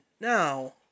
Now